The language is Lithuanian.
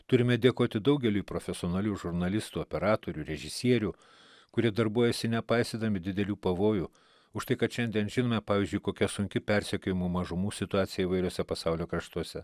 turime dėkoti daugeliui profesionalių žurnalistų operatorių režisierių kurie darbuojasi nepaisydami didelių pavojų už tai kad šiandien žinome pavyzdžiui kokia sunki persekiojamų mažumų situacija įvairiuose pasaulio kraštuose